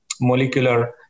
molecular